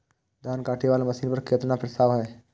धान काटे वाला मशीन पर केतना के प्रस्ताव हय?